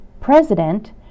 president